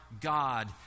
God